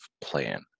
plan